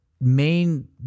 main